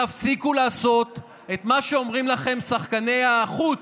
תפסיקו לעשות את מה שאומרים לכם שחקני החוץ,